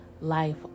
Life